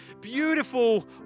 beautiful